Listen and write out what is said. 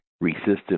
resistant